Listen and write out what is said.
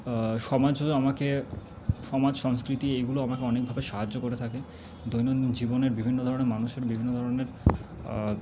সমাজও আমাকে সমাজ সংস্কৃতি এইগুলো আমাকে অনেকভাবে সাহায্য করে থাকে দৈনন্দিন জীবনের বিভিন্ন ধরনের মানুষের বিভিন্ন ধরণের